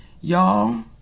y'all